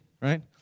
right